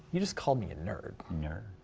you just called me a nerd. nerd.